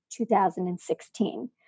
2016